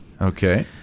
Okay